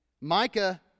Micah